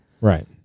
Right